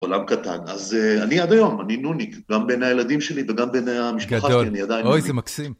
עולם קטן, אז אני עד היום. אני נוניק, גם בין הילדים שלי וגם בין המשפחה שלי. אני עדיין נוניק.